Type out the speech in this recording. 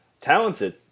Talented